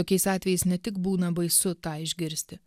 tokiais atvejais ne tik būna baisu tą išgirsti